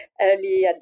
early